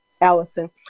Allison